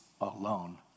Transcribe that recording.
alone